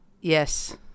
Yes